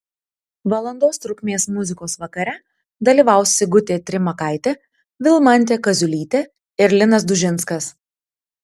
valandos trukmės muzikos vakare dalyvaus sigutė trimakaitė vilmantė kaziulytė ir linas dužinskas